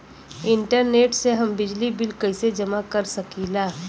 Internet से हम बिजली बिल कइसे जमा कर सकी ला?